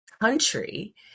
country